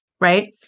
right